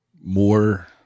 more